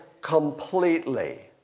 completely